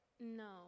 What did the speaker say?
No